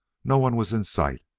no one was in sight.